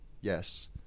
yes